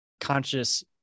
conscious